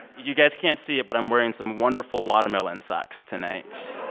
you guys can't see it, but i'm wearing some wonderful watermelon socks tonight